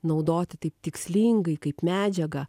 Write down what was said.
naudoti taip tikslingai kaip medžiagą